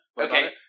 okay